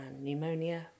pneumonia